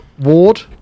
Ward